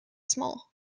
small